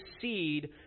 seed